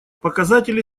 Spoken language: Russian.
показатели